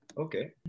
Okay